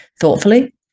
thoughtfully